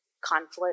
conflict